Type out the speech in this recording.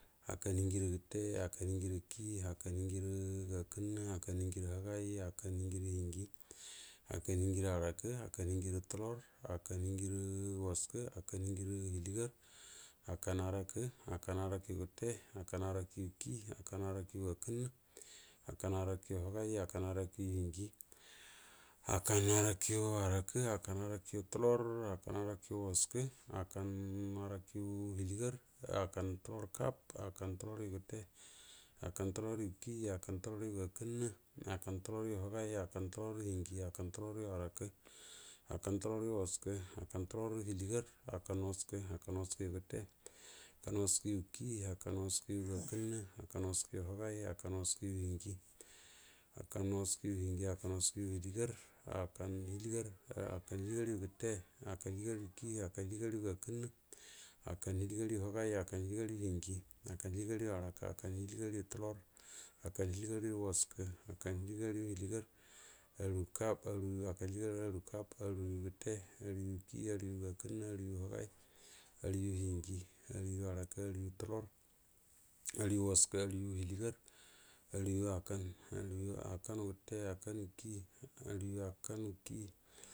Hakan rə gəte, hakanrə kiyi, hakan rə gəakənna, hakan hiranyiro nəgay, hakan hangi era hienjio hakan hidanjie hoarakey kakain hienje tulor hakan hakan hienjie tulory hakan hienjie wəakə, hakan hiejie healiegar, hakan həarakə, hakan rə gəte, hakan həarakərə kiyi hakan həara kər gəakənnə, hakan həara kərə həgay, hakan həara kərə hienhie, hakan həarakəro həarukə hakan həarakvre tulor, həakan həarakə waskə, hakan hrarakərə hieliəgar hakan tulor jaf, hakan tulor re gete, hakan tulor rə kiyi, hakan tulor rəgo akannə, hakan tulor re həgay, hakan tularrə hienjie, hallan tu lor re həarakə, hakan tulor rə tular, hakan tulor rə wrakə hakan tular rə waskə, hakan tulor rə hielie gar, hakaan wraska kaf, hakan wzaskərə gəte, halllan wraskere kiyi, hakan wəaskəro goa kannə, hakan wəakərə həgay, hakan wəaskərə hienhie, hogan, hakan həarako, hakan wəaskərre tular, hakan wəaskərə wraskə, hakan wəaskərə hiehie gar, hakan hiɛliɛngar yu grakenne, hakan hiɛliɛngar, yu hegay, hakan hiɛliɛngar yu hienjie, hakan hiɛliɛngar, hearake, hakan hiɛliɛngar hakan hiɛliɛngar, garyu tulor, hakan hiɛliɛngar ya weasker, hakan hiɛliɛngar yu hiediegar, hakan hiɛliɛngar yu hiediegarm arue kaf. Arur yyu gete, amuryu kiyi aruayu g hakan hiɛliɛngara kenn hakan hiɛliɛngar aaru eyu honay, aru ayu kənnə, aru əyu həgay, aru əyu hienji, aruoyu həarako, arua yu tulor, aruryu wraskoə, aruəyu hoə tulor, hiegari, arunyu hakan aruə gul hakan gətə, aruə hakani ki.